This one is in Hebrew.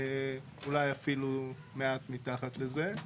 אולי אפילו מעט מתחת לזה.